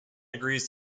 agrees